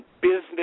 business